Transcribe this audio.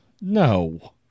No